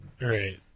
Right